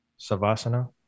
Savasana